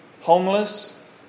homeless